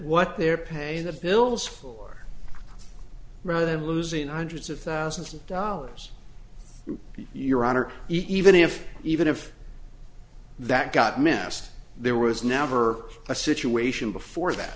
what they're paying the bills for rather than losing hundreds of thousands of dollars your honor even if even if that got missed there was never a situation before that